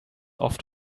oft